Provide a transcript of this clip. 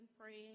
praying